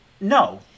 no